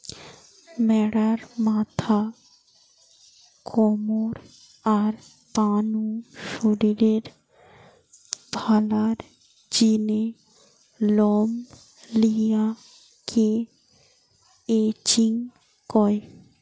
ম্যাড়ার মাথা, কমর, আর পা নু শরীরের ভালার জিনে লম লিয়া কে ক্রচিং কয়